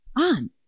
on